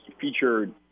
featured